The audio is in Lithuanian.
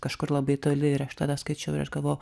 kažkur labai toli ir aš tada skaičiau ir aš galvojau